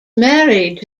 married